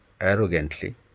arrogantly